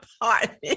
apartment